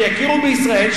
שיכירו בישראל,